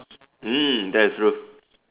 mm that is true